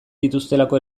dituztelako